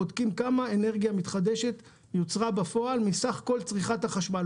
בודקים כמה אנרגיה מתחדשת יוצרה בפועל מסך כל צריכת החשמל.